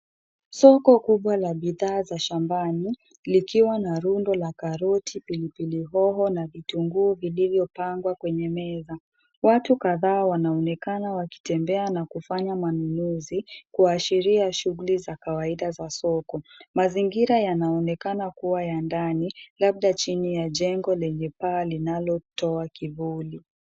Soko kubwa la bidhaa za shambani likiwa na rundo la karoti, pilipili hoho, na vitunguu vilivyopangwa kwenye meza. Watu kadhaa wanaonekana wakitembea na kufanya manunuzi kuashiria shughuli za kawaida za soko. Mazingira yanaonekana kuwa ya ndani, labda chini ya jengo lenye paa linalotoa kivuli.